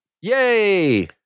Yay